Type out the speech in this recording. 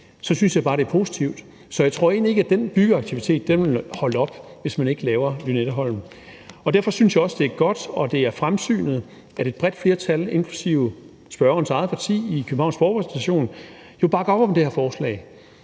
så synes jeg bare, at det er positivt. Så jeg tror egentlig ikke, at den byggeaktivitet vil høre op, hvis man ikke laver Lynetteholmen. Derfor synes jeg også, det er godt og fremsynet, at et bredt flertal i Københavns Borgerrepræsentation, inklusive spørgerens eget parti, bakker op om det her forslag.